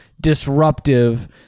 disruptive